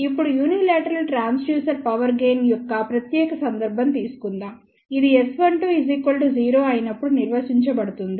ఇప్పుడు unilateral transducer power gain యొక్క ప్రత్యేక సందర్భం తీసుకుందాంఇది S12 0 అయినప్పుడు నిర్వచించబడుతుంది